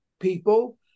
people